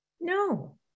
No